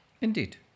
Indeed